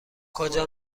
کجا